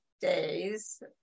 days